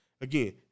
Again